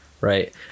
right